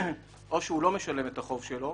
או שהוא לא משלם את החוב שלו,